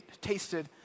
tasted